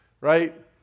Right